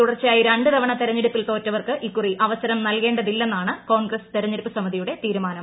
തുടർച്ചയായി രണ്ട് തവണ തെരഞ്ഞെടുപ്പിൽ തോറ്റവർക്ക് ഇക്കുറി അവസരം നൽകേണ്ടതില്ലെന്നാണ് കോൺഗ്രസ് തെരഞ്ഞെടുപ്പ് സമിതിയുടെ തീരുമാനം